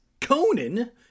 Conan